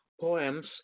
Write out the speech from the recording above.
poems